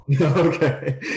Okay